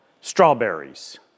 strawberries